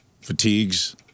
fatigues